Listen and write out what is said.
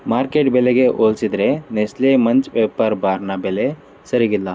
market ಬೆಲೆಗೆ ಹೋಲಿಸಿದರೆ Nestle Munch wafer ಬಾರ್ನ ಬೆಲೆ ಸರಿಯಿಲ್ಲ